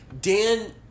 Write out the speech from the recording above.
Dan